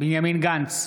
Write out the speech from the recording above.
בנימין גנץ,